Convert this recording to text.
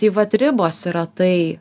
tai vat ribos yra tai